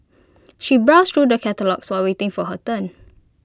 she browsed through the catalogues while waiting for her turn